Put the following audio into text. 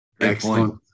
Excellent